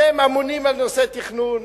שאמונים על נושא התכנון,